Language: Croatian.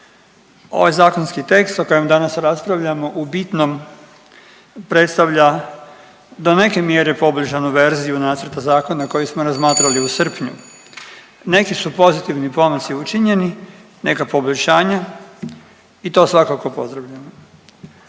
ovaj zakonski tekst o kojem danas raspravljamo u bitnom predstavlja do neke mjere poboljšanu verziju nacrta zakona koji smo razmatrali u srpnju. Neki su pozitivni pomaci učinjeni, neka poboljšanja i to svakako pozdravljam.